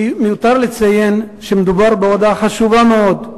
מיותר לציין שמדובר בהודעה חשובה מאוד,